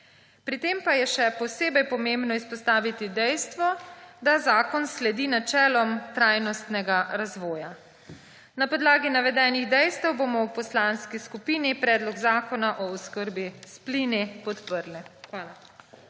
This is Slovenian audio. Pri tem pa je še posebej pomembno izpostaviti dejstvo, da zakon sledi načelom trajnostnega razvoja. Na podlagi navedenih dejstev bomo v poslanki skupini Predlog zakona o oskrbi s plini podprli. Hvala.